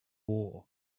war